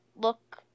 look